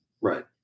right